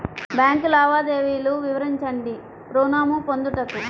Bank లావాదేవీలు వివరించండి ఋణము పొందుటకు?